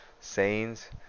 sayings